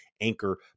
Anchor